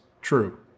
true